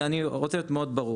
אני רוצה להיות ברור,